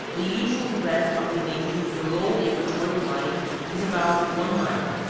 the usual breadth of the negro below the equatorial line is about one mile.